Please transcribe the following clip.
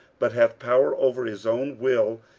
but hath power over his own will,